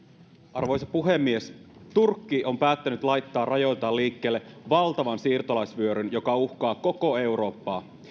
arvoisa puhemies turkki on päättänyt laittaa rajoiltaan liikkeelle valtavan siirtolaisvyöryn joka uhkaa koko eurooppaa